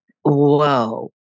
whoa